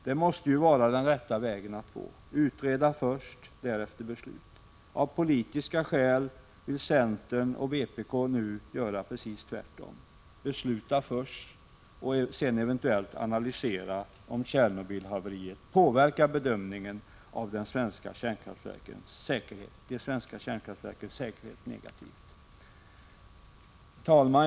Detta måste vara den rätta vägen att gå: först utredning, och därefter beslut. Av politiska skäl vill centern och vpk göra precis tvärtom: besluta först, och sedan eventuellt analysera om Tjernobylhaveriet negativt påverkar bedömningen av de svenska kärnkraftverkens säkerhet. Herr talman!